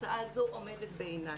הצעה זו עומדת בעינה.